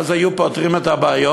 ואז היו פותרים את הבעיות